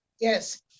Yes